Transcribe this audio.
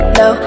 no